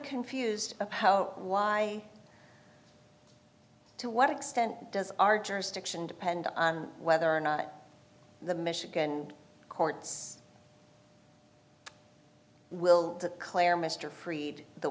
confused of how why to what extent does our jurisdiction depend on whether or not the michigan courts will declare mr freed the